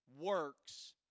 works